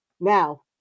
now